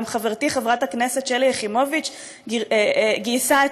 גם חברתי חברת הכנסת שלי יחימוביץ גייסה את